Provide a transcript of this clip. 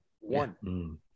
one